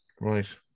Right